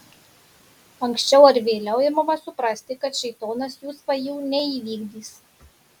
anksčiau ar vėliau imama suprasti kad šėtonas jų svajų neįvykdys